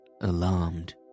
alarmed